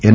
ఎన్